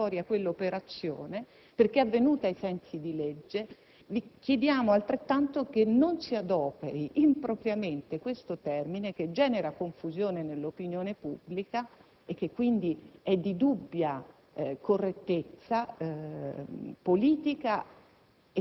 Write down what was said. Siccome non è così e noi non riteniamo una sanatoria quell'operazione, perché è avvenuta ai sensi di legge, chiediamo allo stesso modo che non si adoperi impropriamente questo termine, che genera confusione nell'opinione pubblica e che quindi è di dubbia